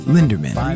Linderman